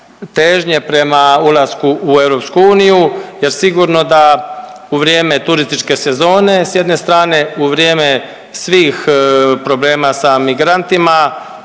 težnje prema ulasku u EU jer sigurno da u vrijeme turističke sezone s jedne strane, u vrijeme svih problema sa migrantima,